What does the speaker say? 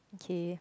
okay